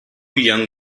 young